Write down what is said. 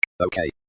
okay